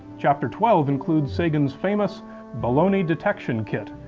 chapter twelve includes sagan's famous baloney detection kit,